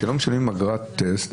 כשלא משלמים אגרת טסט,